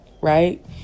right